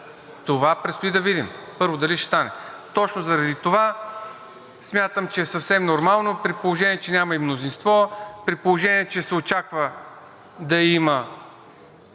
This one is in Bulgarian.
Това предстои да видим първо дали ще стане. Точно заради това смятам, че е съвсем нормално, при положение че няма и мнозинство, при положение че се очаква да има